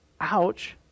ouch